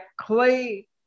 Clay